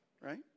right